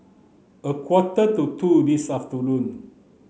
a quarter to two this afternoon